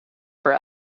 for